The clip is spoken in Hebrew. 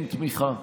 אין תמיכה,